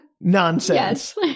nonsense